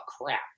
crap